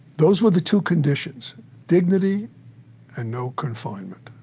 those were the two conditions dignity and no confinement.